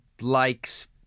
likes